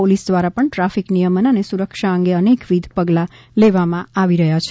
police દ્વારા પણ traffic નિયમન અને સુરક્ષા અંગે અનેકવિધ પગલાં લેવામાં આવી રહ્યા છે